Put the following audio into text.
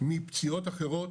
מפציעות אחרות,